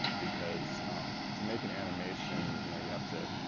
because to make an animation you know you have to,